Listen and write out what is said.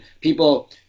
people